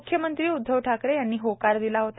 मुख्यमंत्री उद्धव ठाकरे यांनी होकार दिला होता